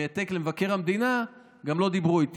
העתק למבקר המדינה, גם לא דיברו איתי.